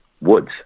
woods